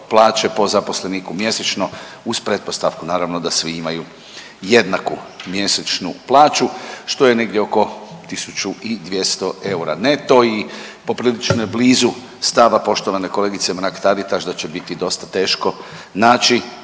plaće po zaposleniku mjesečno uz pretpostavku naravno da svi imaju jednaku mjesečnu plaću, što je negdje oko 1.200 eura neto i poprilično je blizu stava poštovane kolegice Mrak-Taritaš da će biti dosta teško naći